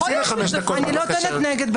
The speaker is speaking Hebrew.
זה כבר נקבע.